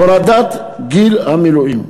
הורדת גיל המילואים".